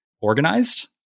organized